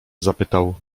zapytał